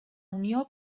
unió